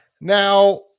Now